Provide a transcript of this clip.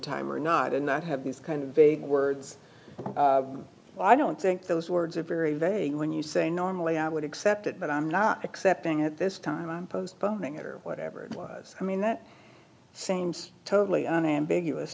time or not and not have these kind of big words i don't think those words are very vague when you say normally i would accept it but i'm not accepting at this time i'm postponing it or whatever it was i mean that same's totally unambiguous